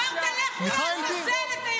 אמרת לטייסים "לכו לעזאזל".